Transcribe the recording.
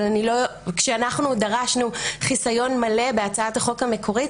כשאנחנו דרשנו חיסיון מלא בהצעת החוק המקורית,